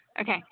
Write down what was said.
Okay